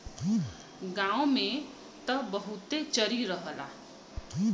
गांव में त बहुते चरी रहला